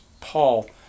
Paul